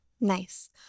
Nice